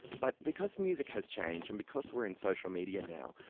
but because music has changed and because we are in social media now,